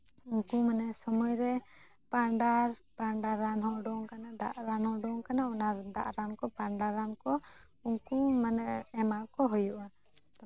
ᱩᱱᱠᱩ ᱢᱟᱱᱮ ᱥᱚᱢᱚᱭ ᱨᱮ ᱯᱟᱣᱰᱟᱨ ᱯᱟᱣᱰᱟᱨ ᱨᱟᱱ ᱦᱚᱸ ᱩᱰᱩᱠ ᱠᱟᱱᱟ ᱫᱟᱜ ᱨᱟᱱᱦᱚᱸ ᱩᱰᱩᱠ ᱠᱟᱱᱟ ᱚᱱᱟ ᱫᱟᱜ ᱨᱟᱱ ᱠᱚ ᱯᱟᱣᱰᱟᱨ ᱨᱟᱱ ᱠᱚ ᱩᱱᱠᱩ ᱢᱟᱱᱮ ᱮᱢᱟ ᱠᱚ ᱦᱩᱭᱩᱜᱼᱟ